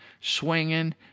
swinging